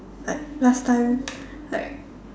like last time like